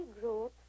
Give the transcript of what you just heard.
growth